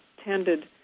tended